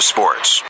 Sports